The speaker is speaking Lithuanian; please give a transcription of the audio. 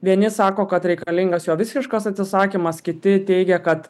vieni sako kad reikalingas jo visiškas atsisakymas kiti teigia kad